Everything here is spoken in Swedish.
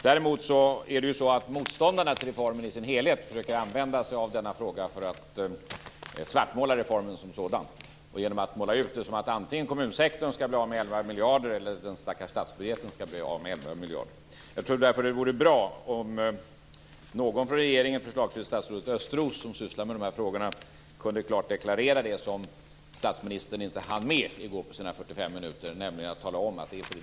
Däremot brukar motståndarna till reformen i dess helhet använda sig av denna fråga för att svartmåla reformen som sådan, genom att måla upp det som att antingen kommunsektorn eller den stackars statsbudgeten skall bli av med 11 miljarder. Det vore därför bra om någon från regeringen, förslagsvis statsrådet Östros som sysslar med de här frågorna, klart kunde deklarera det som statsministern i går inte hann med på sina 45 minuter, nämligen att det är på det viset.